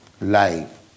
life